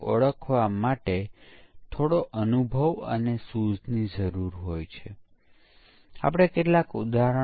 તે તપાસ કરશે કે શું તે તેની પાછલી આર્ટિફેક્ટ ને અનુરૂપ છે કે કેમ